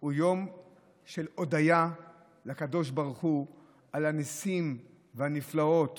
הוא יום של הודיה לקדוש ברוך על הניסים והנפלאות